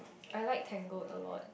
I like Tangled a lot